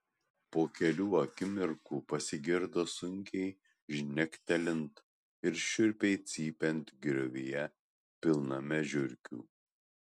po kelių akimirkų pasigirdo sunkiai žnektelint ir šiurpiai cypiant griovyje pilname žiurkių